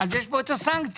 יש כאן את הסנקציות.